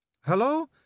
Hello